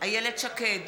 איילת שקד,